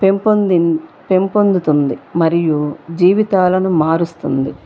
పెంపొందిం పెంపొందుతుంది మరియు జీవితాలను మారుస్తుంది